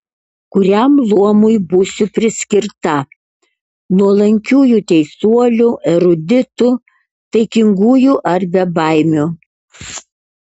kuriam luomui būsiu priskirta nuolankiųjų teisuolių eruditų taikingųjų ar bebaimių